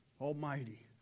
Almighty